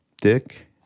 Dick